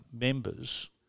members